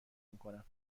میکنم